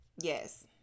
Yes